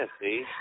see